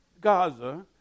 Gaza